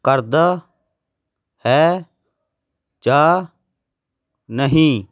ਕਰਦਾ ਹੈ ਜਾਂ ਨਹੀਂ